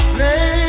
Play